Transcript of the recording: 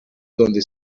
donde